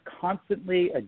constantly